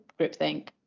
groupthink